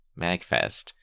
Magfest